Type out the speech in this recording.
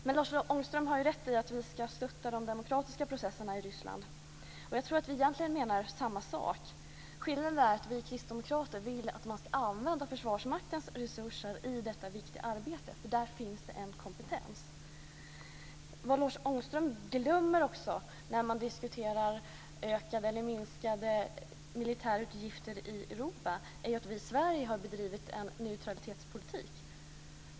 Men Lars Ångström har rätt i att vi ska stötta den demokratiska processen i Ryssland. Jag tror att vi egentligen menar samma sak. Skillnaden är att vi kristdemokrater vill att man ska använda Försvarsmaktens resurser i detta viktiga arbete, för där finns det en kompetens. Vad Lars Ångström glömmer när man diskuterar ökade eller minskade militärutgifter i Europa är att vi i Sverige har bedrivit en neutralitetspolitik.